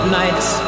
nights